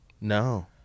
No